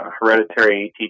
hereditary